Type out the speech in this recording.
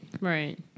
Right